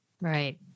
Right